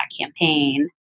campaign